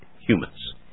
humans